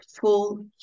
full